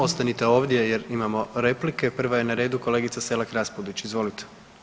Ostanite ovdje jer imamo replike, prva je na redu kolegica Selak Raspudić, izvolite.